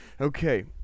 Okay